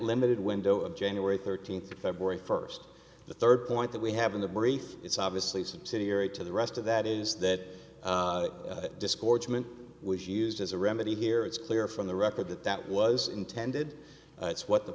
limited window of january thirteenth of february first the third point that we have in the brief it's obviously subsidiary to the rest of that is that discord was used as a remedy here it's clear from the record that that was intended it's what the